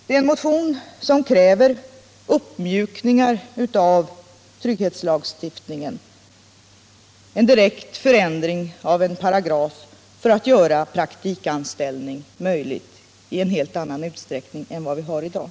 Den motionen kräver uppmjukningar i trygghetslagstiftningen och en direkt förändring av en paragraf för att göra praktikanställning möjlig i en helt annan utsträckning — Nr 25 än som görs i dag.